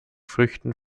früchten